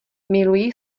miluji